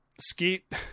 Skeet